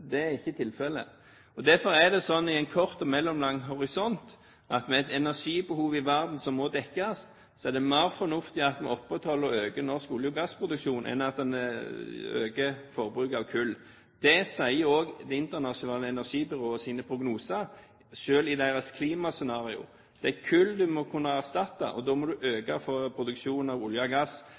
Det er ikke tilfellet. Derfor er det slik at når det gjelder energibehovet i verden, som skal dekkes, er det i en kort og en mellomlang horisont mer fornuftig at man opprettholder og øker norsk olje- og gassproduksjon enn at man øker forbruket av kull. Det sier også Det internasjonale energibyråets prognoser, selv i deres klimascenarioer. Det er kull man må kunne erstatte, og da må man øke produksjonen av olje og gass